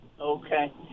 Okay